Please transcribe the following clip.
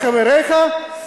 וחבריך,